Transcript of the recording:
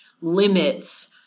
limits